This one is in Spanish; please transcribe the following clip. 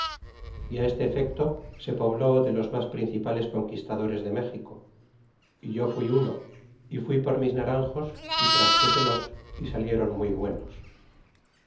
y a este efecto se poblé de los mas principales conquistadores de méxico a yo fui uno y fui por mis naranjos y traspuselos y saliéron muy buenos